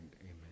amen